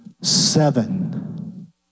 seven